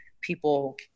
people